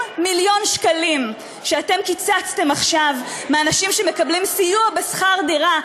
30 מיליון שקלים שאתם קיצצתם עכשיו מאנשים שמקבלים סיוע בשכר דירה.